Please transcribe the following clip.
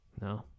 No